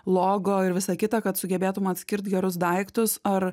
logo ir visa kita kad sugebėtum atskirt gerus daiktus ar